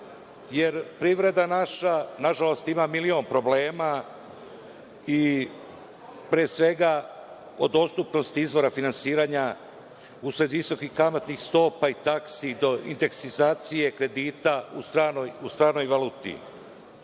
naša privreda, nažalost, ima milion problema i pre svega od dostupnosti izvora finansiranja usled visokih kamatnih stopa i taksi do indeksacije kredita u stranoj valuti.